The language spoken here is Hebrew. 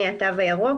הירוק,